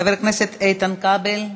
חבר הכנסת איתן כבל,